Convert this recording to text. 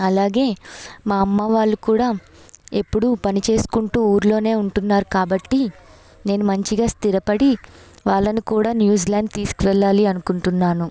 అలాగే మా అమ్మ వాళ్ళు కూడా ఎప్పుడు పని చేసుకుంటు ఊళ్ళో ఉంటున్నారు కాబట్టి నేను మంచిగా స్థిరపడి వాళ్ళను కూడా న్యూ జిలాండ్ తీసుకు వెళ్ళాలి అనుకుంటున్నాను